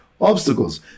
obstacles